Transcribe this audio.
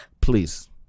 Please